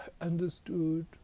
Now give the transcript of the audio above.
understood